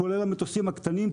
כולל המטוסים הקטנים,